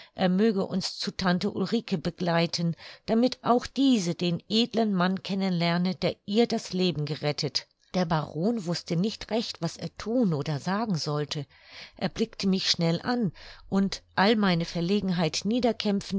er möge uns zu tante ulrike begleiten damit auch diese den edlen mann kennen lerne der ihr das leben gerettet der baron wußte nicht recht was er thun oder sagen sollte er blickte mich schnell an und all meine verlegenheit